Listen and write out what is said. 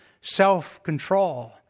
self-control